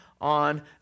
on